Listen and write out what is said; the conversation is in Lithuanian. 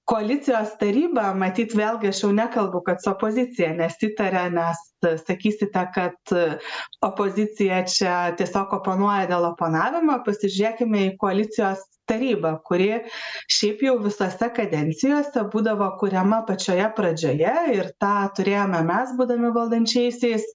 koalicijos taryba matyt vėlgi aš jau nekalbu kad su opozicija nesitarė nes sakysite kad opozicija čia tiesiog oponuoja dėl oponavimo pasižiūrėkime į koalicijos tarybą kuri šiaip jau visose kadencijose būdavo kuriama pačioje pradžioje ir tą turėjome mes būdami valdančiaisiais